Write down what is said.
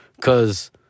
Cause